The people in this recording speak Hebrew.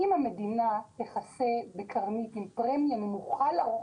אם המדינה תכסה בקרנית עם פרמיה נמוכה לרוכבים,